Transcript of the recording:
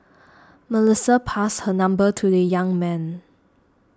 Melissa passed her number to the young man